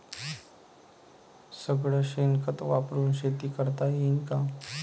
सगळं शेन खत वापरुन शेती करता येईन का?